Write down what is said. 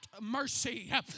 mercy